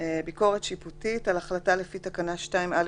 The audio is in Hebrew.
ביקורת שיפוטית 6. על החלטה לפי תקנה 2(א2),